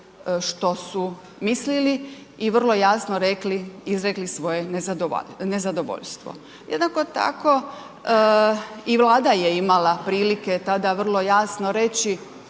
što su mislili i vrlo jasno rekli, izrekli svoje nezadovoljstvo. Jednako tako, i Vlada je imala prilike tada vrlo jasno reći